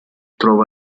trova